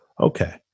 Okay